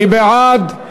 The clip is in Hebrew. מי בעד?